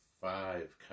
five